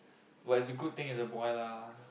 but it's a good thing it's a boy lah